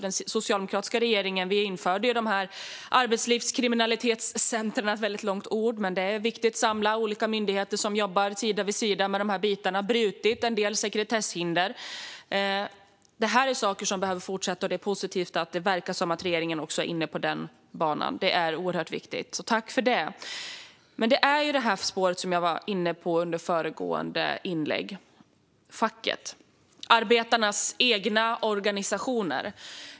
Den socialdemokratiska regeringen införde arbetslivskriminalitetscentren - ett väldigt långt ord - för att det är viktigt att samla olika myndigheter så att de jobbar sida vid sida med de här bitarna. Man har brutit en del sekretesshinder. Det här är saker som behöver fortsätta, och det är positivt att det verkar som att regeringen också är inne på den banan. Det är oerhört viktigt. Tack för det! Jag vill återgå till det spår jag var inne på i mitt föregående inlägg och tala om facket - arbetarnas egna organisationer.